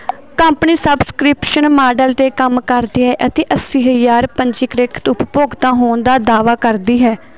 company subscription model 'ਤੇ ਕੰਮ ਕਰਦੀ ਹੈ ਅਤੇ ਅੱਸੀ ਹਜ਼ਾਰ ਪੰਜੀਕ੍ਰਿਤ ਉਪਭੋਗਤਾ ਹੋਣ ਦਾ ਦਾਅਵਾ ਕਰਦੀ ਹੈ